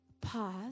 pause